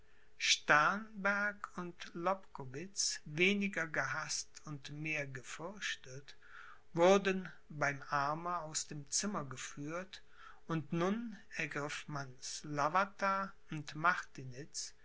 geschick sternberg und lobkowitz weniger gehaßt und mehr gefürchtet wurden beim arme aus dem zimmer geführt und nun ergriff man slawata und